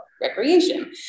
recreation